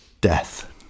death